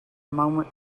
moment